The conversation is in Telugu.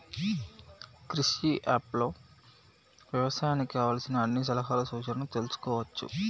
క్రిష్ ఇ అప్ లో వ్యవసాయానికి కావలసిన అన్ని సలహాలు సూచనలు తెల్సుకోవచ్చు